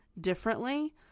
differently